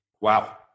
Wow